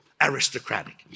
aristocratic